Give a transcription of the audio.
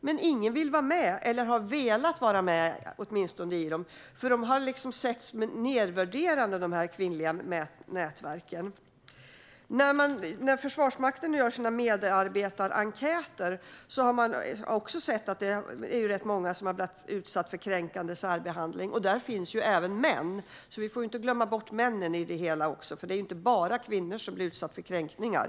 Men ingen vill eller har velat vara med, för de kvinnliga nätverken har betraktats på ett nedvärderande sätt. När Försvarsmakten har gjort sina medarbetarenkäter har man sett att rätt många har varit utsatta för kränkande särbehandling. Bland dessa fall finns även män. Vi får inte glömma bort männen i det hela, för det är inte bara kvinnor som blir utsatta för kränkningar.